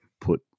put